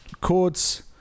chords